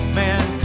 man